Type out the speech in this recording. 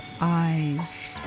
eyes